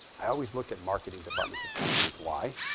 i always look at marketing departments of companies. why?